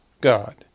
God